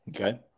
Okay